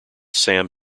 sam